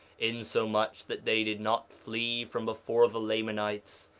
insomuch that they did not flee from before the lamanites,